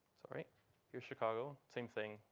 here's chicago. same thing.